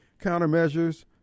countermeasures